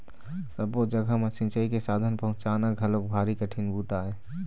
सब्बो जघा म सिंचई के साधन पहुंचाना घलोक भारी कठिन बूता आय